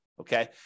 Okay